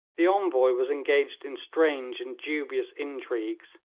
the envoy was engaged in strange and dubious intrigues,